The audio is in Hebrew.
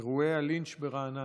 אירוע לינץ' ברעננה.